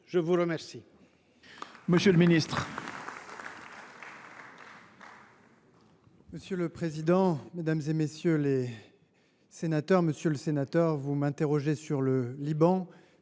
à vous remercier